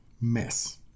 mess